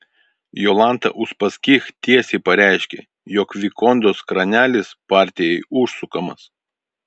jolanta uspaskich tiesiai pareiškė jog vikondos kranelis partijai užsukamas